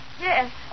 Yes